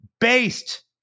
based